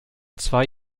zwei